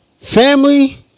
Family